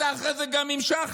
אתה אחרי זה גם המשכת.